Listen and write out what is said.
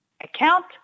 account